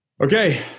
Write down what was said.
okay